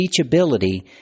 Teachability